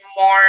more